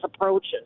approaches